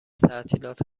تعطیلات